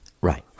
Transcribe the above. Right